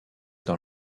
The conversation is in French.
dans